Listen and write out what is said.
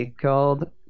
called